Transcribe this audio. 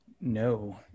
No